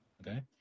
Okay